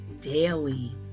daily